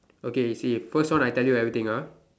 okay you see first one I tell you everything ah